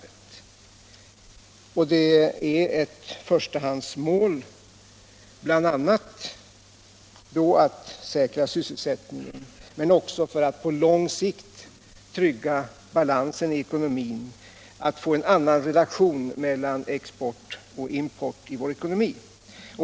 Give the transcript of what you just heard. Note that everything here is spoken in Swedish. Ett förstahandsmål är att säkra sysselsättningen men också, för att på lång sikt trygga balansen i ekonomin, att få en annan relation mellan export och import i vår ekonomi.